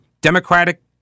democratic